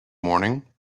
morning